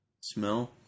Smell